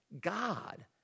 God